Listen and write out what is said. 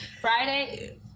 Friday